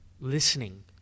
listening